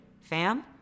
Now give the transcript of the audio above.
fam